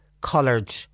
coloured